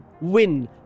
win